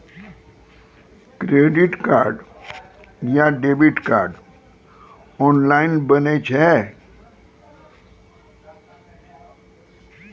Credit card या debit card online बनै छै?